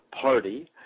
Party